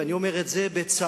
ואני אומר את זה בצער.